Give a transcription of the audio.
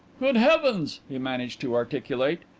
good heavens! he managed to articulate,